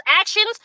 actions